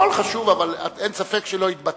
אין ספק, הכול חשוב, אין ספק שלא התבטלת.